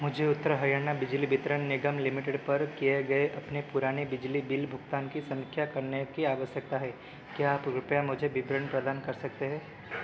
मुझे उत्तर हरियाणा बिजली वितरण निगम लिमिटेड पर किए गए अपने पुराने बिजली बिल भुगतान की समीक्षा करने की आवश्यकता है क्या आप रुपया मुझे विवरण प्रदान कर सकते हैं